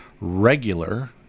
regular